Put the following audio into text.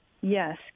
Yes